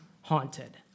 Haunted